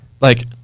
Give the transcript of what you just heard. like-